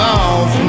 off